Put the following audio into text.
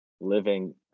living